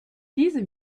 diese